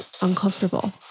uncomfortable